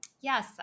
Yes